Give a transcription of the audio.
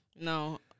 No